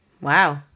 Wow